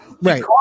right